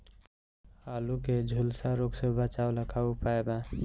आलू के झुलसा रोग से बचाव ला का उपाय बा?